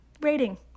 rating